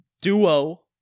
duo